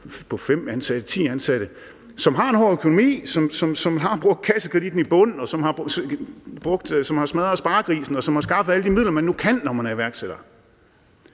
på fem ansatte, ti ansatte, som har en hård økonomi, som har brugt kassekreditten i bund, som har smadret sparegrisen, som har skaffet alle de midler, man nu kan skaffe, når man er iværksætter,